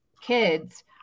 kids